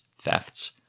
thefts